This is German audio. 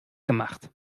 gemacht